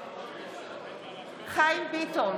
בעד חיים ביטון,